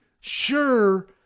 Sure